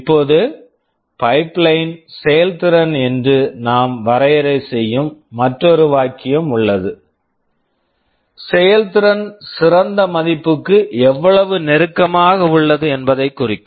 இப்போது pipeline pipeline செயல்திறன் என்று நாம் வரையறை செய்யும் மற்றொரு வாக்கியம் உள்ளது செயல்திறன் சிறந்த மதிப்புக்கு எவ்வளவு நெருக்கமாக உள்ளது என்பதைக் குறிக்கும்